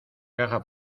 caja